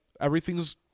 everything's